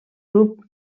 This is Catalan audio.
grup